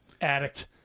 addict